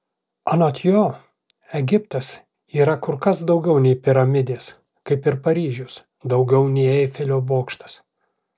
anot jo egiptas yra kur kas daugiau nei piramidės kaip ir paryžius daugiau nei eifelio bokštas